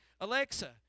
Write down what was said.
Alexa